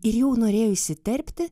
ir jau norėjo įsiterpti